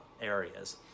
areas